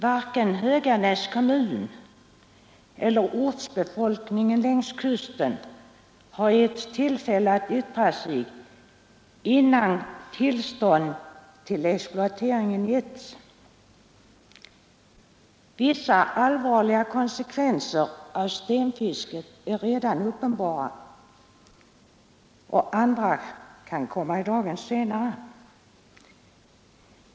Varken Höganäs kommun eller ortsbefolkningen längs kusten har getts tillfälle att yttra sig innan tillstånd till exploateringen lämnats. Vissa allvarliga konsekvenser av stenfisket är redan uppenbara och andra kan komma i dagen senare.